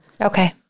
Okay